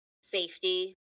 safety